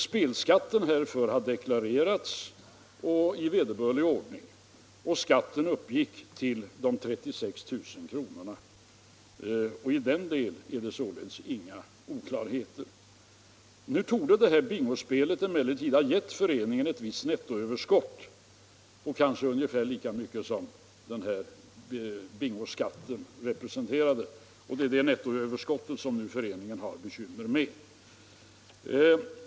Spelskatten härför har deklarerats i vederbörlig ordning, och skatten uppgick till 36 000 kr. I den delen är det således inga oklarheter. Nu torde det här bingospelet emellertid ha gett föreningen ett visst nettoöverskott — kanske ungefär lika mycket som bingoskatten representerade. Det är det nettoöverskottet som föreningen nu har bekymmer med.